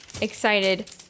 excited